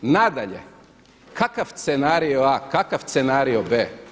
Nadalje, kakav scenario A, kakav scenario B?